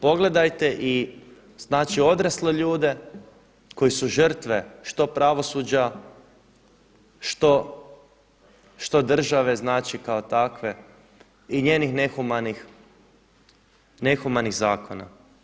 Pogledajte i znači odrasle ljude koji su žrtve što pravosuđa, što države, znači kao takve i njenih nehumanih zakona.